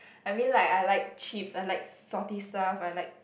I mean like I like chips I like salty stuff I like